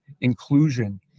inclusion